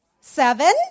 Seven